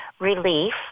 relief